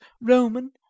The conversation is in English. roman